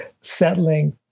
settling